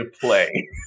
play